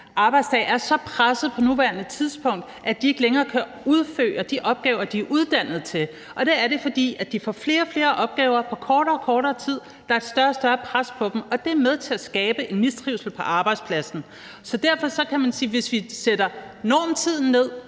arbejdsdag er så presset på nuværende tidspunkt, at de ikke længere kan udføre de opgaver, de er uddannet til, og det er, fordi de får kortere og kortere tid til flere og flere opgaver, så der er et større og større pres på dem, og at det er med til at skabe en mistrivsel på arbejdspladsen. Så derfor kan man sige, at hvis vi sætter normtiden ned